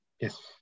Yes